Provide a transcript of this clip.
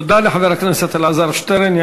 תודה לחבר הכנסת אלעזר שטרן.